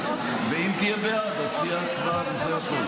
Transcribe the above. אם תהיה בעד תהיה הצבעה וזה הכול.